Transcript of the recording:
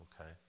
okay